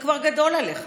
זה כבר גדול עליך.